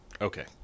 Okay